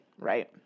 Right